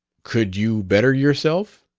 could you better yourself?